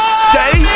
stay